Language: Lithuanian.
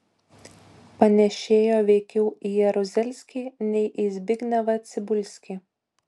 panėšėjo veikiau į jeruzelskį nei į zbignevą cibulskį